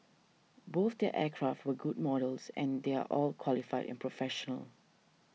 both their aircraft were good models and they're all qualified and professional